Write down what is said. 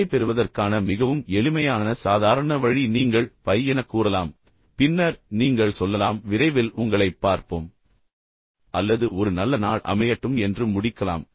விடை பெறுவதற்கான மிகவும் எளிமையான சாதாரண வழி நீங்கள் பை என கூறலாம் பின்னர் நீங்கள் சொல்லலாம் விரைவில் உங்களைப் பார்ப்போம் அல்லது ஒரு நல்ல நாள் அமையத்து என் முடிக்கலாம்